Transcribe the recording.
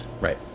Right